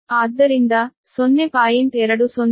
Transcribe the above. ಆದ್ದರಿಂದ 0